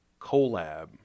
collab